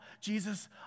Jesus